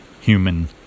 human